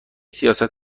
سیاست